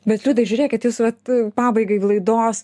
bet liudai žiūrėkit jūs vat pabaigai laidos